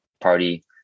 party